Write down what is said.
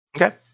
Okay